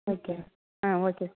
okay ah okay